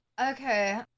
Okay